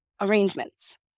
arrangements